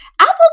Apple